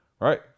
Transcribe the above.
right